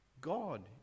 God